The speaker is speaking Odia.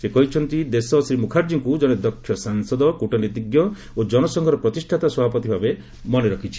ସେ କହିଛନ୍ତି ଦେଶ ଶ୍ରୀ ମୁଖାର୍ଜୀଙ୍କୁ ଜଣେ ଦକ୍ଷ ସାଂସଦ କ୍ଟନୀତିଜ୍ଞ ଓ ଜନସଂଘର ପ୍ରତିଷ୍ଠାତା ସଭାପତି ଭାବେ ମନେ ରଖିଛି